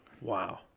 Wow